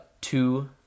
two